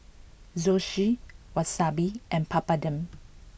Zosui Wasabi and Papadum